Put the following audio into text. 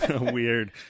weird